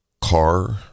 car